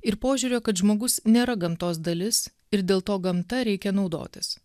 ir požiūrio kad žmogus nėra gamtos dalis ir dėl to gamta reikia naudotis